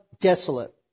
desolate